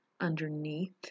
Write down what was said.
underneath